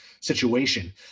situation